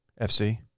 FC